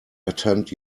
attend